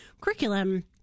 curriculum